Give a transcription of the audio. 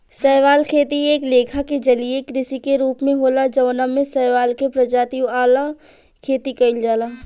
शैवाल खेती एक लेखा के जलीय कृषि के रूप होला जवना में शैवाल के प्रजाति वाला खेती कइल जाला